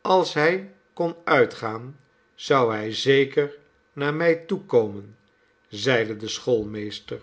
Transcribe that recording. als hij kon uitgaan zou hij zeker naar mij toekomen zeide de